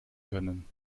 können